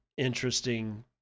Interesting